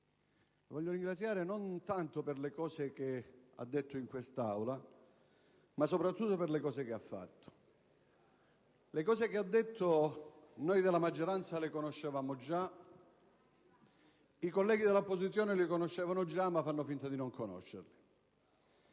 voglio ringraziare non tanto per quanto lei ha detto in quest'Aula ma soprattutto per quanto ha fatto. Le cose che ha detto noi della maggioranza le conoscevamo già; i colleghi dell'opposizione le conoscevano già, ma fanno finta di non conoscerle.